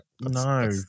no